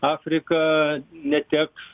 afrika neteks